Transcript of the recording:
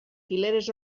fileres